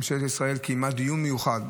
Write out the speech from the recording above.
ממשלת ישראל קיימה דיון מיוחד,